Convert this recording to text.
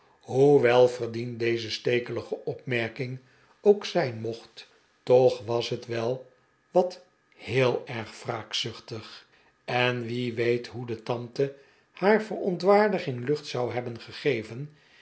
hoe welverdiend deze stekelige opmerking ook zijn mocht toch was zij wel wat heel erg wraakzuchtig en wie weet hoe de tante haar verontwaardiging lueht zou hebben gegeven